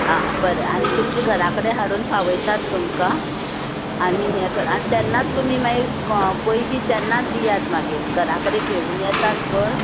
हां बरें आनी तुमचे घरा कडेन हाडून पावयतात तुमका आनी हें कर तेन्नात तुमी मागीर पयशे तेन्नात दियात मागीर घरा कडेन घेवून येतात पळय